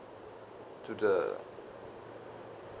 to the